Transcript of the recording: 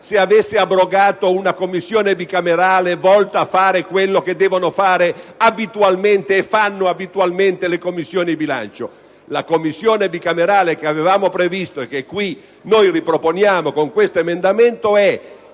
se avesse abrogato una Commissione bicamerale volta a fare quello che devono fare e fanno abitualmente le Commissioni bilancio. La Commissione bicamerale che avevamo previsto e che riproponiamo con l'emendamento 4.1